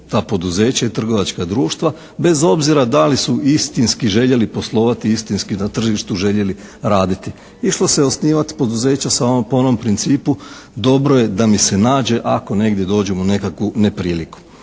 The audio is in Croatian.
ta poduzeća i trgovačka društva bez obzira da li su istinski željeli poslovati, istinski na tržištu željeli raditi. Išlo se osnivati poduzeća samo po onom principu dobro je da mi se nađe ako negdje dođemo u nekakvu nepriliku.